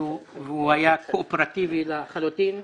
הוא היה קואופרטיבי לחלוטין.